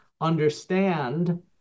understand